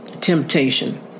temptation